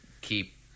keep